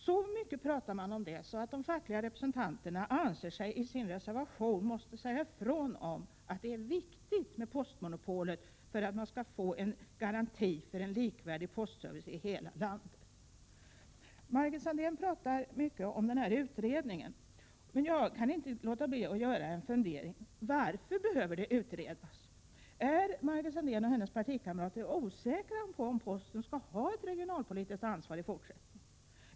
Så mycket har det talats om detta att de fackliga representanterna i sin reservation har ansett sig vara tvungna att säga ifrån att postmonopolet är viktigt för att man skall få en garanti för likvärdig postservice i hela landet. Margit Sandéhn talade mycket om utredningen, men jag kan inte låta bli att fråga: Varför behöver det utredas? Är Margit Sandéhn och hennes partikamrater osäkra om huruvida posten skall ha ett regionalpolitiskt ansvar i fortsättningen?